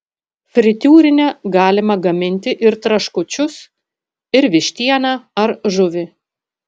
fritiūrine galima gaminti ir traškučius ir vištieną ar žuvį